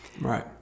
Right